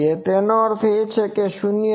તેનો અર્થ એ છે કે તે શૂન્ય નથી